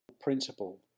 principle